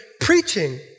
preaching